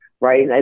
right